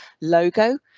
logo